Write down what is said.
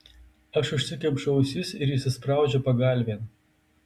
aš užsikemšu ausis ir įsispraudžiu pagalvėn